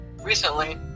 recently